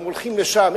הם הולכים לשם,